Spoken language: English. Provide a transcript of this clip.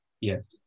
Yes